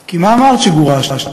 כי, מה אמרת שגורשת?